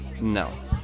No